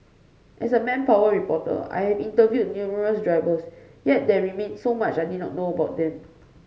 as a manpower reporter I have interviewed numerous drivers yet there remained so much I did not know about them